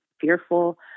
fearful